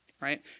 right